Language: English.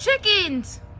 Chickens